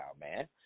man